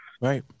Right